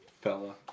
Fella